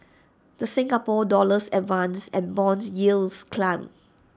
the Singapore dollars advanced and Bond yields climbed